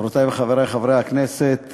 חברותי וחברי חברי הכנסת,